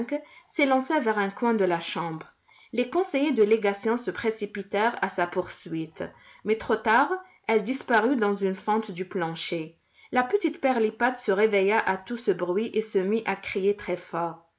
s'élança vers un coin de la chambre les conseillers de légation se précipitèrent à sa poursuite mais trop tard elle disparut dans une fente du plancher la petite pirlipat se réveilla à tout ce bruit et se mit à crier